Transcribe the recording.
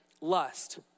lust